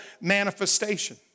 manifestation